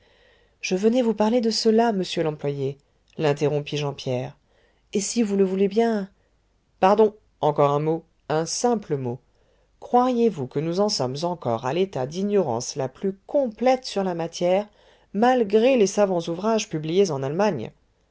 je venais vous parler de cela monsieur l'employé l'interrompit jean pierre et si vous le voulez bien pardon encore un mot un simple mot croiriez-vous que nous en sommes encore à l'état d'ignorance la plus complète sur la matière malgré les savants ouvrages publiés en allemagne